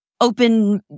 open